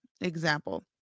example